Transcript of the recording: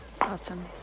Awesome